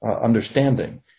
understanding